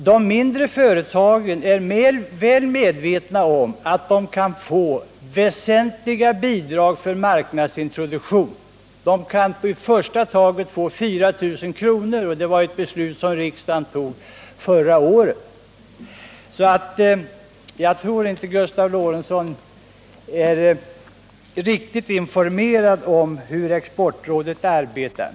De mindre företagen är väl medvetna om att de kan få väsentliga bidrag för marknadsintroduktion, till att börja med 4 000 kr. — ett beslut som riksdagen tog förra året. Jag tror inte att Gustav Lorentzon är riktigt informerad om hur Exportrådet arbetar.